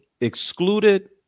excluded